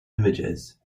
images